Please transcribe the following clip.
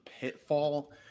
pitfall